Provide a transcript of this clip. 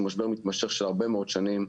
שהוא משבר מתמשך של הרבה מאוד שנים,